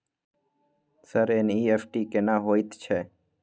Sir NEFT केना होयत छै?